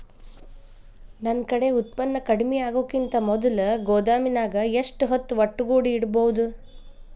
ನನ್ ಕಡೆ ಉತ್ಪನ್ನ ಕಡಿಮಿ ಆಗುಕಿಂತ ಮೊದಲ ಗೋದಾಮಿನ್ಯಾಗ ಎಷ್ಟ ಹೊತ್ತ ಒಟ್ಟುಗೂಡಿ ಇಡ್ಬೋದು?